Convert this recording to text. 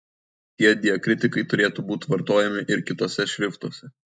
tie diakritikai turėtų būti vartojami ir kituose šriftuose